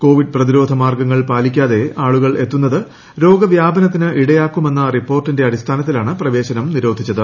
Covid പ്രതിരോധ മാർഗ്ഗങ്ങൾ പാലിക്കാതെ ്ആളുകൾ എത്തുന്നത് രോഗവ്യാപനത്തിന് ഇടയാക്കുമെന്ന റിപ്പോർട്ടിന്റെ അടിസ്ഥാനത്തിലാണ് പ്രവേശനം നിരോധിച്ചത്